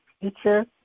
future